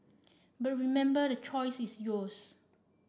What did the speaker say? but remember the choice is yours